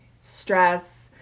stress